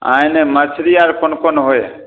आइने मछरी आर कोन कोन हय